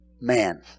man